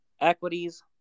equities